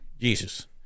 Jesus